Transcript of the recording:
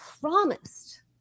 promised